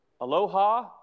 aloha